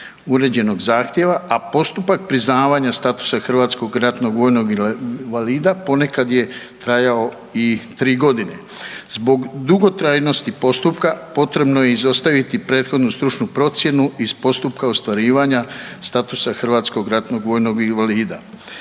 uređenog zahtjeva, a postupak priznavanja statusa hrvatskog ratnog vojnog invalida ponekad je trajao i tri godine. Zbog dugotrajnosti postupka potrebno je izostaviti prethodnu stručnu procjenu iz postupka ostvarivanja statusa hrvatskog ratnog vojnog invalida.